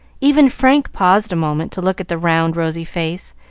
even frank paused a moment to look at the round, rosy face,